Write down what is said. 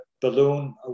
balloon